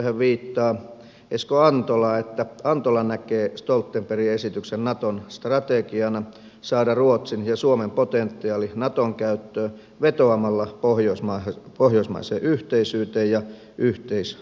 hän viittaa esko antolaan että antola näkee stoltenbergin esityksen naton strategiana saada ruotsin ja suomen potentiaali naton käyttöön vetoamalla pohjoismaiseen yhteisyyteen ja yhteisvastuuseen